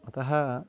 अतः